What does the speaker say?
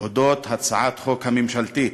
על הצעת החוק הממשלתית.